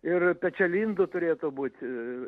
ir pečialindų turėtų būti